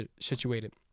situated